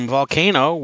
Volcano